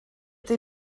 they